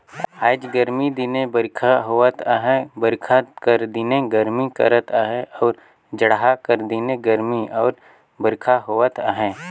आएज गरमी दिने बरिखा होवत अहे बरिखा कर दिने गरमी करत अहे अउ जड़हा कर दिने गरमी अउ बरिखा होवत अहे